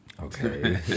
okay